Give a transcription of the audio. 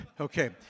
Okay